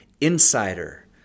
INSIDER